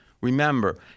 Remember